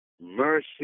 Mercy